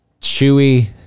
chewy